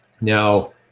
now